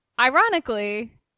ironically